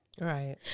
Right